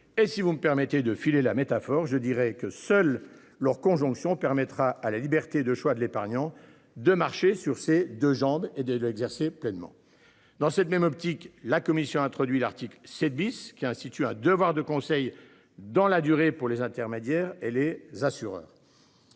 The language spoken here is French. Et si vous me permettez de filer la métaphore. Je dirais que seul leur conjonction permettra à la liberté de choix de l'épargnant de marcher sur ses 2 jambes et de 2 exercer pleinement dans cette même optique, la commission introduit l'article 7 bis qui a institué à devoir de conseil dans la durée pour les intermédiaires et les assureurs.